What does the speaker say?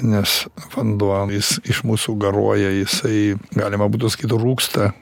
nes vanduo jis iš mūsų garuoja jisai galima būtų sakyt rūgsta